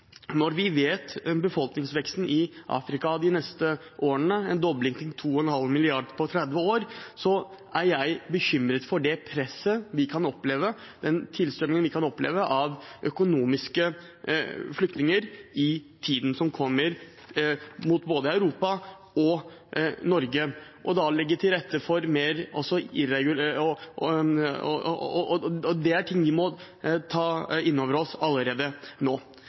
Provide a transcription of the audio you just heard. Når vi vet om befolkningsveksten i Afrika de neste årene, en dobling til 2,5 milliarder på 30 år, er jeg bekymret for det presset vi kan oppleve, den tilstrømningen vi kan oppleve av økonomiske flyktninger til både Europa og Norge i tiden som kommer. Det er ting vi må ta inn over oss allerede nå.